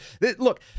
look